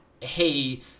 hey